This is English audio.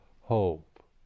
hope